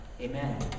amen